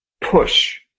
push